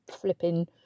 flipping